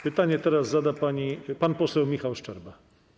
Pytanie teraz zada pan poseł Michał Szczerba.